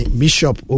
bishop